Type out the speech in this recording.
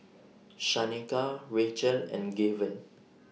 Shaneka Rachael and Gaven